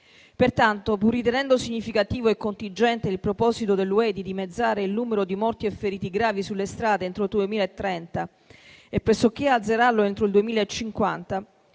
Pertanto, pur ritenendo significativo e cogente il proposito dell'Unione europea di dimezzare il numero di morti e feriti gravi sulle strade entro il 2030 e pressoché azzerarlo entro il 2050,